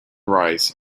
rice